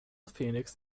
phoenix